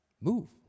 move